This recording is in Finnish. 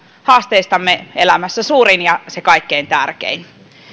haasteistamme elämässä suurin ja se kaikkein tärkein